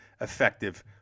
effective